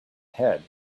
had